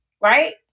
right